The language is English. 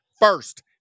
first